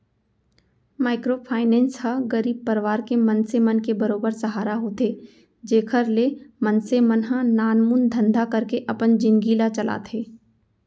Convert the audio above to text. micro finance ह गरीब परवार के मनसे मन के बरोबर सहारा होथे जेखर ले मनसे मन ह नानमुन धंधा करके अपन जिनगी ल चलाथे